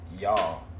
y'all